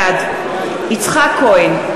בעד יצחק כהן,